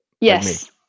yes